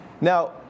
Now